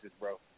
bro